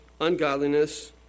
ungodliness